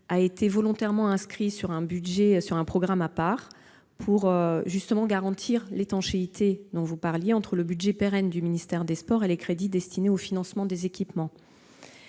été volontairement inscrits sur un programme à part afin de garantir l'étanchéité, dont vous rappeliez la nécessité, entre le budget pérenne du ministère des sports et les crédits destinés au financement des équipements.